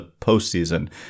postseason